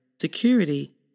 security